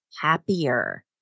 happier